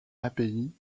abbaye